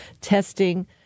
testing